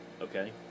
okay